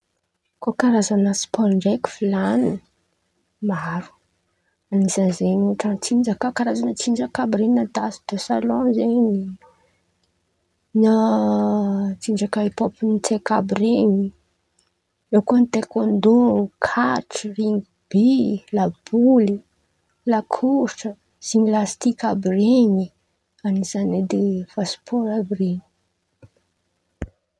Ko karazan̈a spaoro ndraiky volan̈iny maro, anisany zen̈y ôhatra :tsinjaka, karazan̈a tsinjaka àby ren̈y na dansy de salô zen̈y, na tsinjaka hip hôp ny tsaiky àby ren̈y, eo koa taikôndô, la korisy, zimlastiky àby ren̈y, anisan̈y edy spôro àby ren̈y.